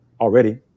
already